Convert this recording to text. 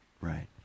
Right